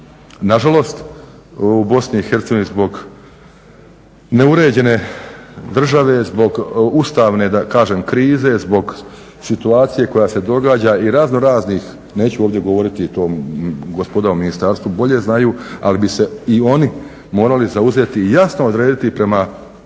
Nažalost u BiH zbog neuređene države, zbog ustavne, da kažem krize, zbog situacije koja se događa i raznoraznih, neću ovdje govoriti, to gospoda u ministarstvu bolje znaju, ali bih se i oni morali zauzeti i jasno odrediti prema, evo